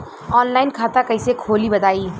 Online खाता कइसे खोली बताई?